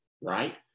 right